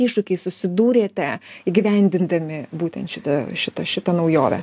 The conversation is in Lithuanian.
iššūkiais susidūrėte įgyvendindami būtent šitą šitą šitą naujovę